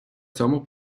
цьому